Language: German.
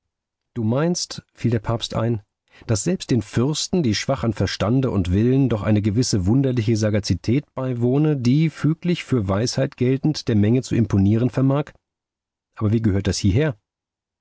du meinst fiel der papst ein daß selbst den fürsten die schwach an verstande und willen doch eine gewisse wunderliche sagazität beiwohne die füglich für weisheit geltend der menge zu imponieren vermag aber wie gehört das hieher